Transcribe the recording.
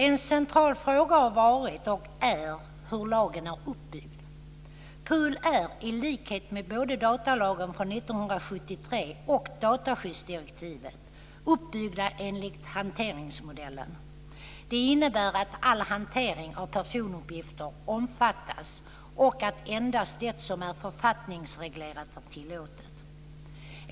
En central fråga har varit och är hur lagen är uppbyggd. PUL är, i likhet med både datalagen från 1973 och dataskyddsdirektivet, uppbyggd enligt hanteringsmodellen. Det innebär att all hantering av personuppgifter omfattas och att endast det som är författningsreglerat är tillåtet.